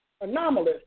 anomalous